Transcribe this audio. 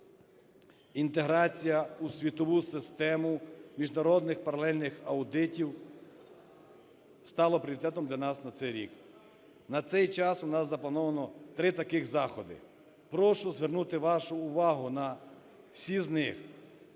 Інтеграція у світову систему міжнародних паралельних аудитів стала пріоритетом для нас на цей рік. На цей час у нас заплановано три таких заходи. Прошу звернути вашу увагу на всі з них.